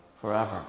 forever